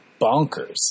bonkers